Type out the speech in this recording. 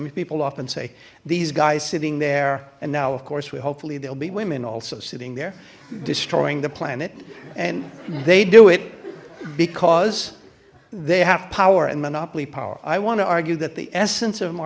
mean people often say these guys sitting there and now of course we hopefully there'll be women also sitting there destroying the planet and they do it because they have power and monopoly power i want to argue that the essence of m